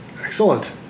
Excellent